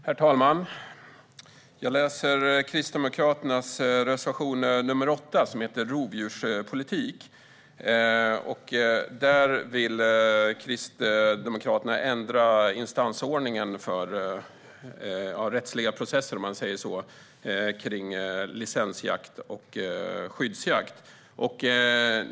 Herr talman! Jag läser Kristdemokraternas reservation, nr 8, om rovdjurspolitik. Enligt den vill Kristdemokraterna ändra instansordningen för rättsliga processer för licensjakt och skyddsjakt.